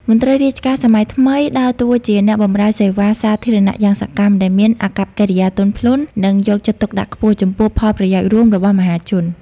មន្ត្រីរាជការសម័យថ្មីដើរតួជាអ្នកបម្រើសេវាសាធារណៈយ៉ាងសកម្ម ដែលមានអាកប្បកិរិយាទន់ភ្លន់ និងយកចិត្តទុកដាក់ខ្ពស់ចំពោះផលប្រយោជន៍រួមរបស់មហាជន។